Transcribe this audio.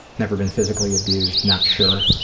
never been physically abused, not sure